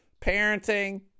parenting